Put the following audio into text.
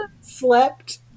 slept